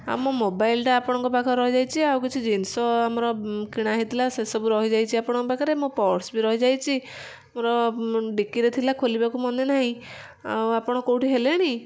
ଆମ ମୋବାଇଲ୍ଟା ଆପଣଙ୍କ ପାଖରେ ରହିଯାଇଛି ଆଉ କିଛି ଜିନିଷ ଆମର କିଣା ହେଇଥିଲା ସେ ସବୁ ରହିଯାଇଛି ଆପଣ ପାଖରେ ମୋ ପର୍ସ୍ ବି ରହିଯାଇଛି ମୋର ଡିକିରେ ଥିଲା ଖୋଲିବାକୁ ମନେ ନାହିଁ ଆଉ ଆପଣ କେଉଁଠି ହେଲେଣି